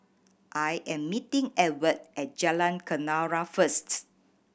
I am meeting Edward at Jalan Kenarah first